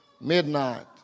midnight